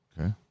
Okay